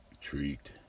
treat